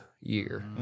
year